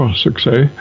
succes